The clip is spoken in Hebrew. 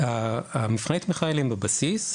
מבחני התמיכה האלה הם בבסיס,